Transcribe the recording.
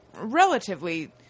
relatively